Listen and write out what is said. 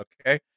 okay